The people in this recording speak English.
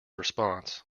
response